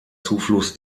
zufluss